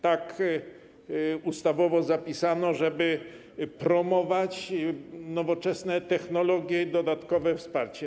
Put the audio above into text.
Tak ustawowo to zapisano, żeby promować nowoczesne technologie i dodatkowe wsparcie.